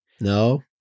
No